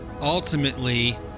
ultimately